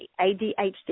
ADHD